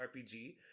RPG